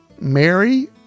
mary